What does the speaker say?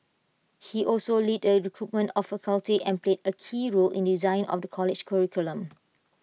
he also led the recruitment of faculty and played A key role in the design of the college's curriculum